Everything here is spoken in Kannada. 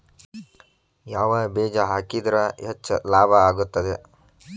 ಯಾವ ಬೇಜ ಹಾಕಿದ್ರ ಹೆಚ್ಚ ಲಾಭ ಆಗುತ್ತದೆ?